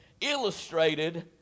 illustrated